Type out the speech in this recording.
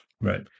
Right